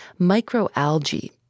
microalgae